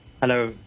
Hello